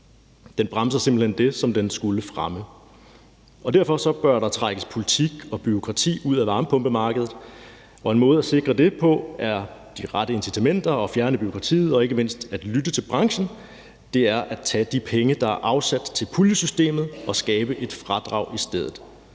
Den bremser simpelt hen det, som den skulle fremme. Derfor bør der trækkes politik og bureaukrati ud af varmepumpemarkedet, og en måde at sikre det på er de rette incitamenter, ved at fjerne bureaukratiet og ikke mindst ved at lytte til branchen; det er ved at tage de penge, der er afsat til puljesystemet, og skabe et fradrag i stedet.